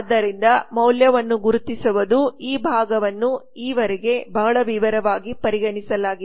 ಆದ್ದರಿಂದ ಮೌಲ್ಯವನ್ನು ಗುರುತಿಸುವುದು ಈ ಭಾಗವನ್ನು ಈವರೆಗೆ ಬಹಳ ವಿವರವಾಗಿ ಪರಿಗಣಿಸಲಾಗಿದೆ